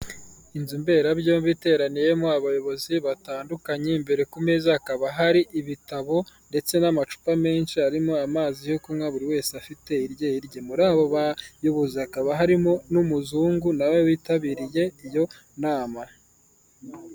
Inzu mberabyombi iteraniyemo abayobozi batandukanye, imbere ku meza hakaba hari ibitabo ndetse n'amacupa menshi arimo amazi yo kunywa, buri wese afite irye irye. Muri abo bayobozi hakaba harimo n'umuzungu, na we witabiriye iyo nama.